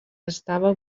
estava